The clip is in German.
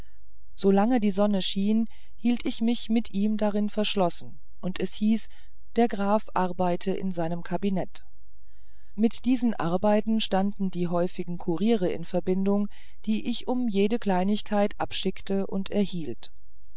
die sonne schien hielt ich mich mit ihm darin verschlossen und es hieß der graf arbeite in seinem kabinet mit diesen arbeiten standen die häufigen kuriere in verbindung die ich um jede kleinigkeit abschickte und erhielt